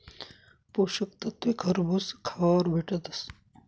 पोषक तत्वे खरबूज खावावर भेटतस